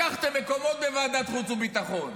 לקחתם מקומות בוועדת חוץ וביטחון.